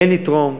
הן לתרום,